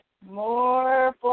More